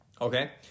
Okay